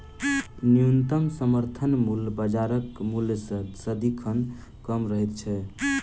न्यूनतम समर्थन मूल्य बाजारक मूल्य सॅ सदिखन कम रहैत छै